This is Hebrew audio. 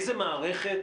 איזו מערכת